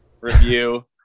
review